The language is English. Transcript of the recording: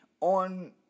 on